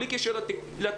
בלי קשר לתקציבים.